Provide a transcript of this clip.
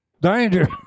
Danger